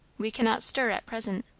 we cannot stir at present.